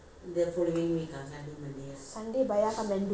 sunday buyer come and do monday go monday also off lah